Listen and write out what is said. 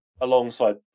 alongside